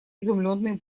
изумленный